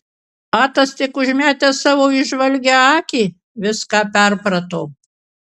atas tik užmetęs savo įžvalgią akį viską perprato